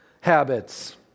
habits